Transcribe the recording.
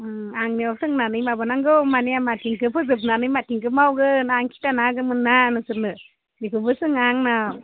आंनियाव सोंनानै माबा नांगौ माने माथिंखौ फोजोबनानै माथिंखो मावगोन आं खिथाना होगौमोनना नोंसोरनो बिखौबो सोङा आंनाव